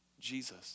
Jesus